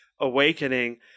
awakening